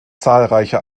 zahlreiche